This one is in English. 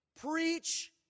Preach